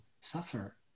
suffer